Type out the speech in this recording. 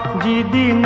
db